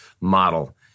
model